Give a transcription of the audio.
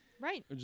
Right